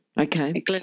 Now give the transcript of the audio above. Okay